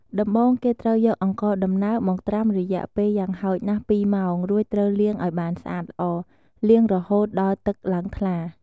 ដំបូង គេត្រូវយកអង្ករដំណើបមកត្រាំរយៈពេល យ៉ាងហោចណាស់ពីរម៉ោង រួចត្រូវលាងឱ្យបានស្អាតល្អ លាងរហូតដល់ទឹកឡើងថ្លា។